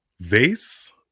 vase